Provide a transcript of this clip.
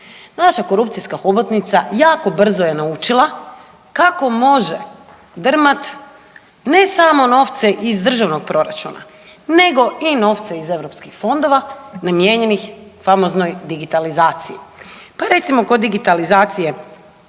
Naša korupcijska hobotnica jako brzo je naučila kako može drmat ne samo novce iz državnog proračuna nego i novce iz europskih fondova namijenjenih famoznoj digitalizaciji. Pa recimo kod digitalizacije